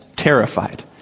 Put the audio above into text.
terrified